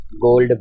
gold